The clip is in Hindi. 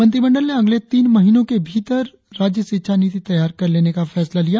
मंत्रिमंडल ने अगले तीन महीनों ले भीतर राज्य शिक्षा नीति तैयार कर लेने का फैसला लिया